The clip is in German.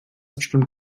bestimmt